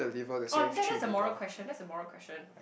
oh that that's a moral question that's a moral question